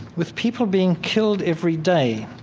with people being killed everyday.